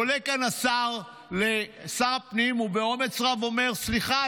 עולה כאן שר הפנים ובאומץ רב אומר: סליחה,